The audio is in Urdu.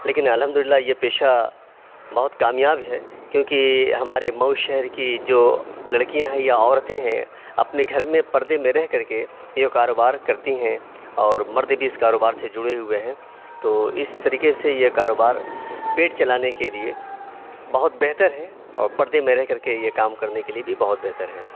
لیکن الحمد اللہ یہ پیشہ بہت کامیاب ہے کیوں کہ ہمارے مئو شہر کی جو لڑکیاں ہیں یا عورتیں ہیں اپنے گھر میں پردے میں رہ کر کے یہ کاروبار کرتی ہیں اور مرد بھی اِس کاروبار سے جڑے ہوئے ہیں تو اِس طریقے سے یہ کاروبار پیٹ چلانے کے لیے بہت بہتر ہے اور پردے میں رہ کر کے یہ کام کرنے لیے بھی بہت بہتر ہے